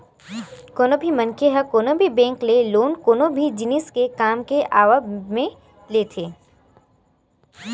कोनो भी मनखे ह कोनो भी बेंक ले लोन कोनो भी जिनिस के काम के आवब म लेथे